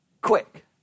quick